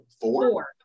four